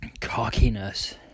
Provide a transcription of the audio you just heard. cockiness